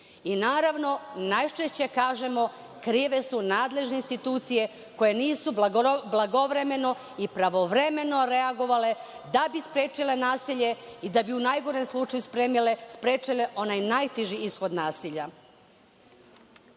I naravno, najčešće kažemo – krive su nadležne institucije koje nisu blagovremeno i pravovremeno reagovale da bi sprečila nasilje i da bi u najgorem slučaju sprečile onaj najteži ishod